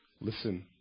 listen